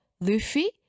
Luffy